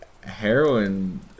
heroin